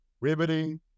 riveting